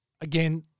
again